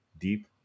deep